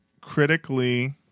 critically